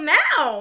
now